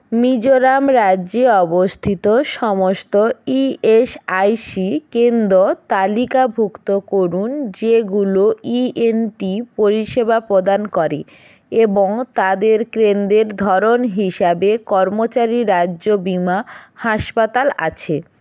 মিজোরাম রাজ্যে অবস্থিত সমস্ত ইএসআইসি কেন্দ্র তালিকাভুক্ত করুন যেগুলো ইএনটি পরিষেবা প্রদান করে এবং তাদের কেন্দ্রের ধরন হিসাবে কর্মচারী রাজ্য বিমা হাসপাতাল আছে